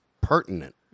pertinent